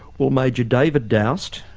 well major david doust,